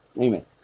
Amen